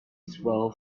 swell